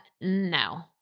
No